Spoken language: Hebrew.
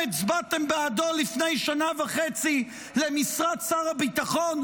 הצבעתם בעדו לפני שנה וחצי למשרת שר הביטחון,